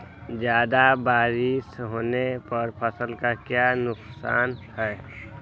ज्यादा बारिस होने पर फसल का क्या नुकसान है?